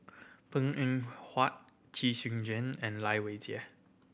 Png Eng Huat Chee Soon Juan and Lai Weijie